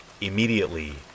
Immediately